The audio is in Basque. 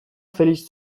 felix